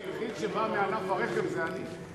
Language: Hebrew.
מי שבא מענף הרכב זה אני.